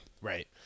Right